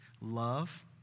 love